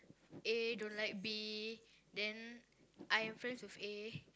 A don't like B then I am friends with A